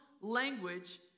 language